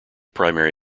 primary